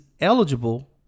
eligible